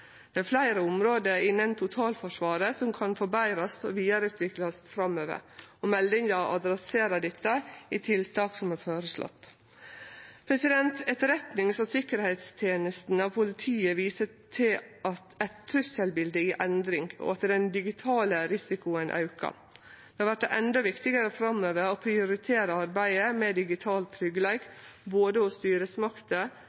Det er fleire område innan totalforsvaret som kan forbetrast og vidareutviklast framover. Meldinga tek tak i dette i tiltak som er føreslått. Etterretningstenesta og tryggleikstenesta til politiet viser til eit trugselbilde i endring, og at den digitale risikoen aukar. Då vert det endå viktigare framover å prioritere arbeidet med digital